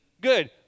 Good